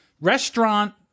restaurant